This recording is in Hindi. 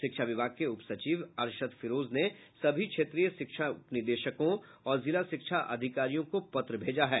शिक्षा विभाग के उपसचिव अरशद फिरोज ने सभी क्षेत्रीय शिक्षा उपनिदेशकों और जिला शिक्षा अधिकारियों को पत्र भेजा है